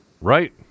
Right